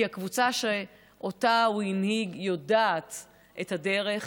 כי הקבוצה שאותה הוא הנהיג יודעת את הדרך,